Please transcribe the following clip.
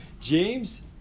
James